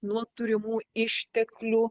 nuo turimų išteklių